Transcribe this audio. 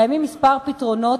קיימים כמה פתרונות,